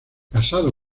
casado